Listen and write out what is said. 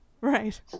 Right